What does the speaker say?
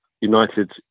United